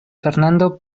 fernando